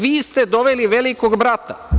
Vi ste doveli „Velikog brata“